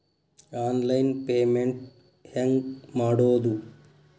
Online payment ಹೆಂಗ್ ಮಾಡೋದು?